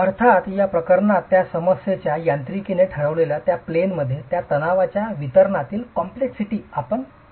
अर्थात या प्रकरणात त्या समस्येच्या यांत्रिकीने ठरविलेल्या त्या प्लेन मध्ये या तणावाच्या वितरणातील कॉम्प्लेक्सिटी आपण घेऊ शकत नाही